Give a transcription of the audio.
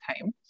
time